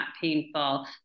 painful